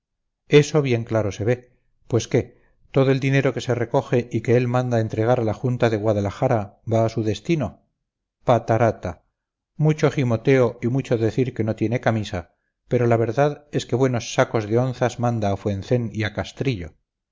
eso bien claro se ve pues qué todo el dinero que se recoge y que él manda entregar a la junta de guadalajara va a su destino patarata mucho gimoteo y mucho decir que no tiene camisa pero la verdad es que buenos sacos de onzas manda a fuentecén y a castrillo